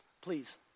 Please